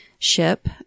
ship